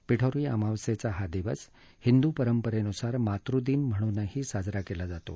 पिठोरी अमावास्यद्वी हा दिवस हिंदू परंपरसूझार मातृदिन म्हणूनही साजरा क्ला जातो